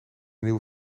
nieuwe